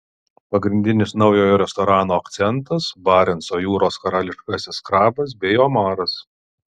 pagrindinis naujojo restorano akcentas barenco jūros karališkasis krabas bei omaras